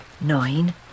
Nine